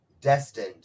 destined